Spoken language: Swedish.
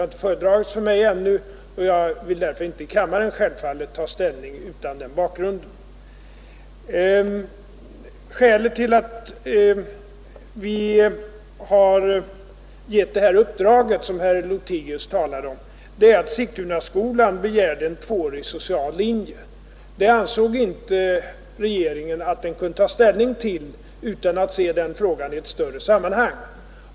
Ärendet har ännu inte föredragits för mig. Och självfallet vill jag inte ta ställning till den frågan utan att ha den bakgrunden. Skälet till att vi givit det uppdrag som herr Lothigius nu talar om har varit, att Sigtunaskolan begärde att få en tvåårig social linje, och i regeringen ansåg vi oss inte kunna ta ställning till den saken utan att först ha sett på hela frågan i ett större sammanhang.